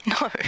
No